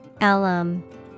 alum